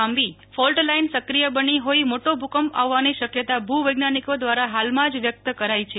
લાંબી fault line સક્રિય બની હોઈ મોટો ભૂકંપ આવવાની શકયતા ભુવૈજ્ઞાનિકો દ્વારા હાલમાં જ વ્યકત કરાઈ છે